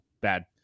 bad